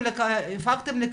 להיות שהפקתם לקחים.